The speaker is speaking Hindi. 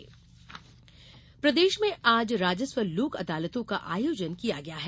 राजस्व अदालत प्रदेश में आज राजस्व लोक अदालतों का आयोजन किया गया है